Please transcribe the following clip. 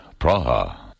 Praha